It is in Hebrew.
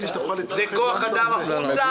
זה כוח אדם מבחוץ?